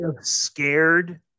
Scared